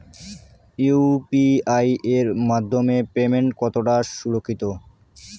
UPI এর মাধ্যমে payment কতটা সুরক্ষিত?